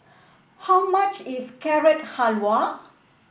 how much is Carrot Halwa